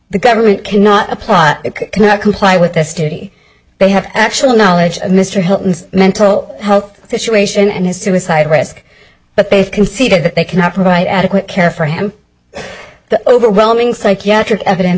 the government cannot apply cannot comply with this duty they have actual knowledge of mr hilton's mental health situation and his suicide risk but they've conceded that they cannot provide adequate care for him the overwhelming psychiatric evidence